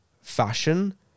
fashion